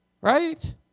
Right